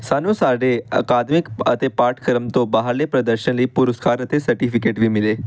ਸਾਨੂੰ ਸਾਡੇ ਅਕਾਦਮਿਕ ਅਤੇ ਪਾਠਕ੍ਰਮ ਤੋਂ ਬਾਹਰਲੇ ਪ੍ਰਦਰਸ਼ਨ ਲਈ ਪੁਰਸਕਾਰ ਅਤੇ ਸਰਟੀਫਿਕੇਟ ਵੀ ਮਿਲੇ